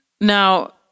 now